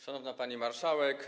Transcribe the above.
Szanowna Pani Marszałek!